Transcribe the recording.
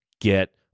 get